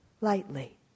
lightly